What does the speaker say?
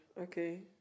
okay